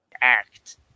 act